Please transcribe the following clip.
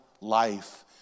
life